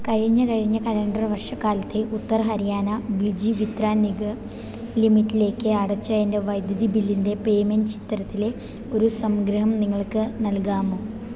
കഴിഞ്ഞ കഴിഞ്ഞ കലണ്ടർ വർഷക്കാലത്തെ ഉത്തർ ഹരിയാന ബിജിലി വിത്രാൻ നിഗം ലിമിറ്റഡിലേക്ക് അടച്ച എൻ്റെ വൈദ്യുതി ബില്ലിൻ്റെ പേയ്മെൻ്റ് ചരിത്രത്തിന്റെ ഒരു സംഗ്രഹം നിങ്ങൾക്ക് നൽകാമോ